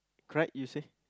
cried you say